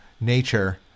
nature